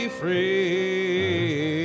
free